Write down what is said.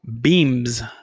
Beams